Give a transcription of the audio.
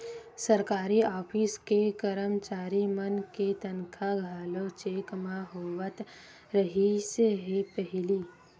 सरकारी ऑफिस के करमचारी मन के तनखा घलो चेक म होवत रिहिस हे पहिली